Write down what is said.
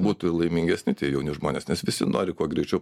būtų laimingesni tie jauni žmonės nes visi nori kuo greičiau